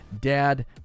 Dad